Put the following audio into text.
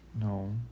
No